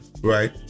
right